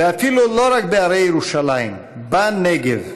ואפילו לא רק בהרי ירושלים, בנגב.